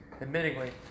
Admittingly